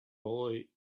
boy